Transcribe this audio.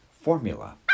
formula